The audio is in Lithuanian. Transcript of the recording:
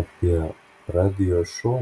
apie radijo šou